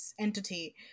entity